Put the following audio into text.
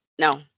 No